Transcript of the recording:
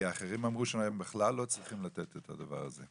כי האחרים אמרו שהם בכלל לא צריכים לתת את הדבר הזה.